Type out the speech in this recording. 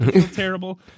terrible